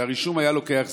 כשהרישום היה לוקח זמן,